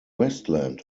westland